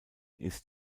ist